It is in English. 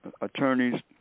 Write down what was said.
attorneys